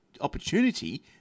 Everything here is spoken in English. opportunity